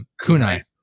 Kunai